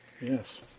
yes